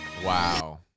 Wow